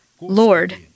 Lord